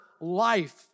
life